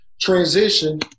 Transition